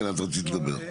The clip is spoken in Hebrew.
כן, אתה רצית לדבר.